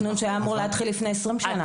זה תכנון שהיה אמור להתחיל לפני עשרים שנה.